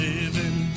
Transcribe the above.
living